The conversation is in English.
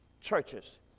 churches